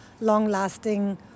long-lasting